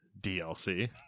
DLC